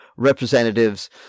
Representatives